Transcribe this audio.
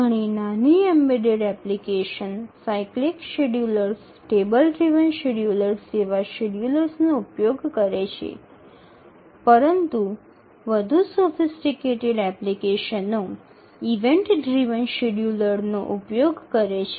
ઘણી નાની embedded application cyclic schedulers table driven schedulers જેવા શેડ્યૂલર્સનો ઉપયોગ કરે છે પરંતુ વધુ સોફિસટીકટેડ એપ્લિકેશનો ઇવેન્ટ ડ્રિવન શેડ્યૂલર્સનો ઉપયોગ કરે છે